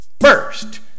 First